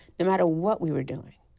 no matter what we were doing.